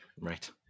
Right